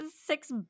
six